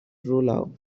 truelove